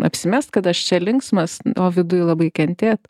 apsimest kad aš čia linksmas o viduj labai kentėt